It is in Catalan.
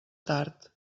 tard